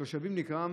לתושבים נגרם